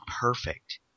perfect